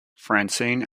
francine